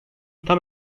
tam